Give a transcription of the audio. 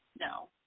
no